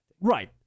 Right